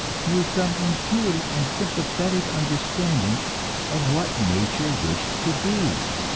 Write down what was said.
through some intuitive and sympathetic understanding of what nature wished to be.